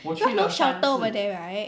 cause no shelter over there right